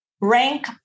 rank